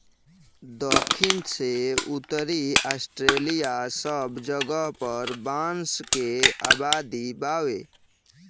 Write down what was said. दखिन से उत्तरी ऑस्ट्रेलिआ सब जगह पर बांस के आबादी बावे